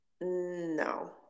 No